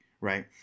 right